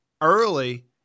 early